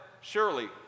surely